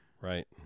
Right